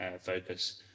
focus